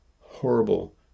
horrible